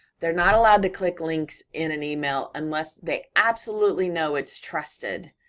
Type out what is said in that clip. they're not allowed to click links in an email unless they absolutely know it's trusted.